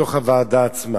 כמובן, זה בוועדה עצמה,